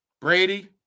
Brady